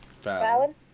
Fallon